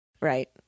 Right